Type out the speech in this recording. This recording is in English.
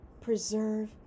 preserve